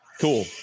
cool